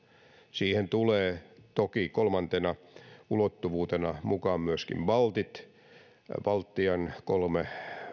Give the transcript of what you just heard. siihen tulevat toki kolmantena ulottuvuutena mukaan myöskin baltit baltian kolme